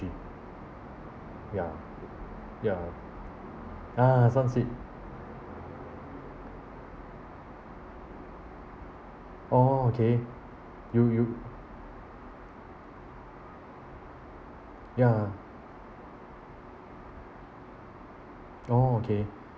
ya ya ya Sunseap oh okay you you ya oh okay